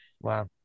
Wow